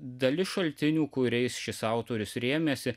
dalis šaltinių kuriais šis autorius rėmėsi